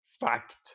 fact